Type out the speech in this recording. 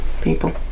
people